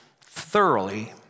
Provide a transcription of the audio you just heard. thoroughly